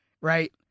right